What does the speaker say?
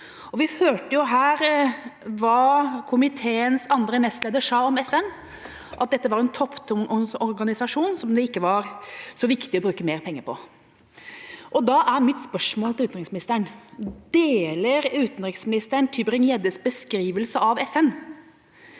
jo her hva komiteens andre nestleder sa om FN, at dette er en topptung organisasjon som det ikke er så viktig å bruke mer penger på. Da er mitt spørsmål til utenriksministeren: Deler utenriksministeren Tybring-Gjeddes beskrivelse av FN?